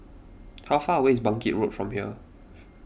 how far away is Bangkit Road from here